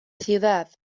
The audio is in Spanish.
ciudad